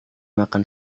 makan